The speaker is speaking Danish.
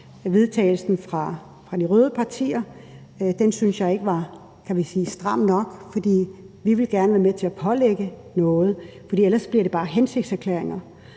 vedtagelsen fra de røde partier, og den syntes jeg, kan man sige, ikke var stram nok, for vi vil gerne være med til at pålægge noget. For ellers bliver det bare hensigtserklæringer,